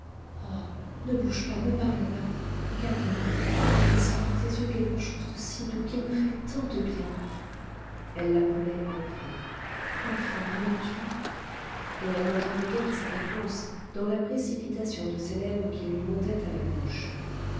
ne bouge pas ne parle pas regarde-moi il sort de tes yeux quelque chose de si doux qui me fait tant de bien elle l'appelait enfant enfant m'aimes-tu et elle n'entendait guère sa réponse dans la précipitation de ses lèvres qui lui montaient à la bouche